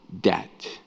debt